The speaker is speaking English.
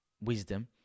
wisdom